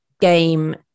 game